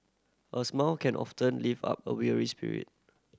a smile can often lift up a weary spirit